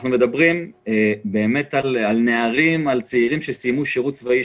אנחנו מדברים באמת על נערים ועל צעירים שסיימו שירות צבאי,